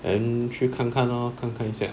then 去看看咯看看一下